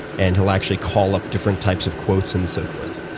and he'll actually call up different types of quotes and so forth,